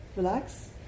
Relax